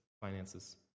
finances